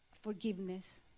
forgiveness